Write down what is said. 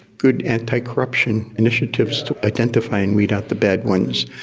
good anticorruption initiatives to identify and weed out the bad ones.